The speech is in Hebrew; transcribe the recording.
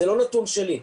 זה לא נתון שלי,